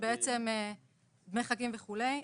דמי חגים וכולי.